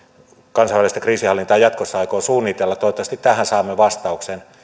kansallista kriisinhallintaa jatkossa aikoo suunnitella toivottavasti tähän saamme vastauksen